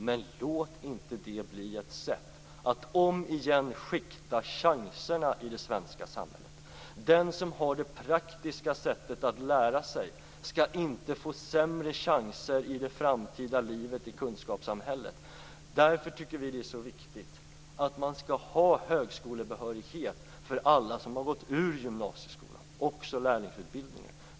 Men låt inte det bli ett sätt att återigen skikta chanserna i det svenska samhället! Den som har det praktiska sättet att lära sig skall inte få sämre chanser i det framtida livet i kunskapssamhället. Därför tycker vi att det är mycket viktigt att alla som genomgår gymnasieskolan, också de som går i lärlingsutbildning, skall få högskolebehörighet.